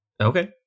okay